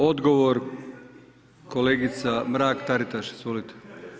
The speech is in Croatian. Odgovor kolegica Mrak-Taritaš, izvolite.